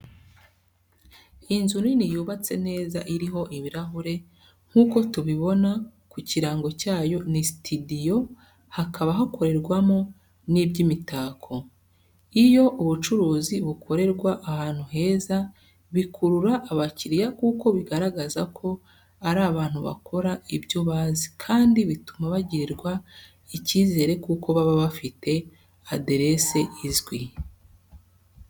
Inzu nini yubatse neza iriho ibirahure, nkuko tubibona ku kirango cyayo ni sitidiyo hakaba hakorerwamo n'iby'imitako. Iyo ubucuruzi bukorerwa ahantu heza bikurura abakiriya kuko bigaragaza ko ari abantu bakora ibyo bazi, kandi bituma bagirirwa ikizere kuko baba bafite aderese izwi.